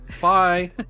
Bye